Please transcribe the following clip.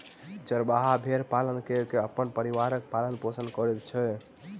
चरवाहा भेड़ पालन कय के अपन परिवारक पालन पोषण करैत अछि